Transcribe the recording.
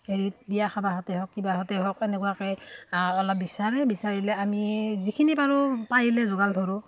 হেৰিত বিয়া খাব আহোঁতে হওক কিবা হওতে হওক এনেকুৱাকৈ অলপ বিচাৰে বিচাৰিলে আমি যিখিনি পাৰোঁ পাৰিলে যোগাৰ ধৰোঁ